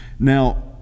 Now